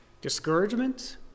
Discouragement